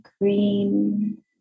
green